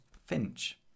finch